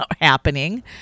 happening